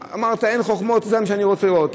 אמרת: אין חוכמות, זה מה שאני רוצה לראות.